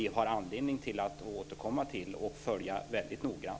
Det har vi anledning att återkomma till och följa väldigt noggrant.